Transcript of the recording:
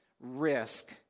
risk